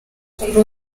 kuri